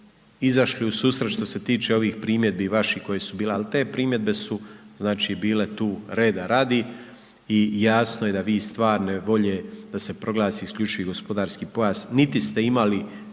izašli u susret, što se tiče ovih primjedbi vaših koje su bile, ali te primjedbe su znači bile tu reda radi i jasno je da vi stvarne volje da se proglasi IGP niti ste imali prije